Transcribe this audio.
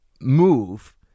move